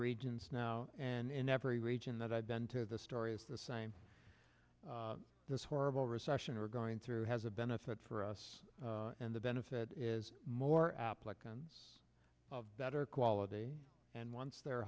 regions now and in every region that i've been to the story is the same this horrible recession or going through has a benefit for us and the benefit is more comes of better quality and once they're